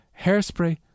hairspray